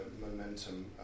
momentum